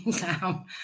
down